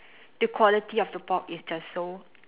the quality of the pork is just so